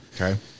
Okay